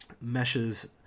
meshes